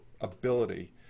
ability